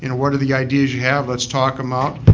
and what are the ideas you have, let's talk um out,